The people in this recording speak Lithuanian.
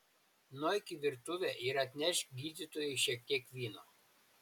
nueik į virtuvę ir atnešk gydytojui šiek tiek vyno